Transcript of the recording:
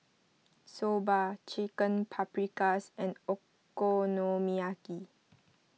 Soba Chicken Paprikas and Okonomiyaki